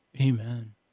Amen